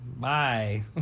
Bye